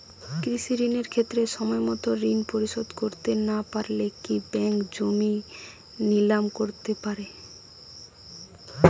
কৃষিঋণের ক্ষেত্রে সময়মত ঋণ পরিশোধ করতে না পারলে কি ব্যাঙ্ক জমি নিলাম করতে পারে?